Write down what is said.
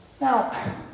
Now